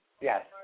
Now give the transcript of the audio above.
Yes